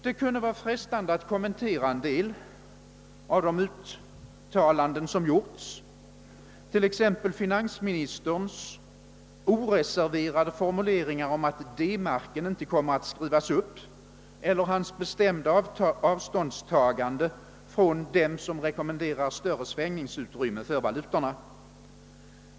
Det kunde vara frestande att kommentera en del av de uttalanden som gjorts, till exempel finansministerns oreserverade formuleringar om att D marken inte kommer att skrivas upp eller hans bestämda avståndstagande från dem som rekommenderar större svängningsutrymmen för valutorna.